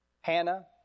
Hannah